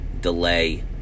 delay